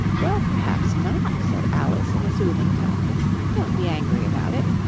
well, perhaps not said alice in a soothing tone don't be angry about it.